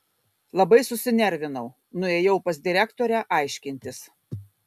labai susinervinau nuėjau pas direktorę aiškintis